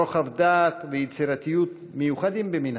רוחב דעת ויצירתיות מיוחדים במינם.